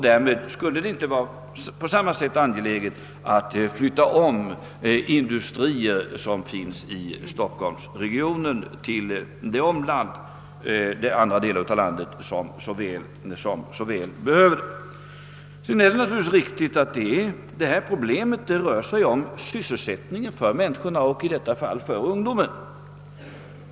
Därmed skulle det inte vara på samma sätt angeläget att flytta industrier från stockholmsregionen till de andra delar av landet där arbetstillfällen så väl behövs.